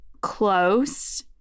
close